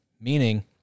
meaning